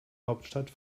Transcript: hauptstadt